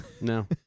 No